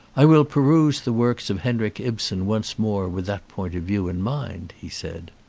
i will peruse the works of henrik ibsen once more with that point of view in mind, he said.